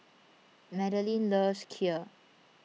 Madaline loves Kheer